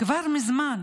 כבר מזמן